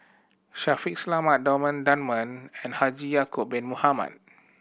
Shaffiq Selamat Thomas Dunman and Haji Ya'acob Bin Mohamed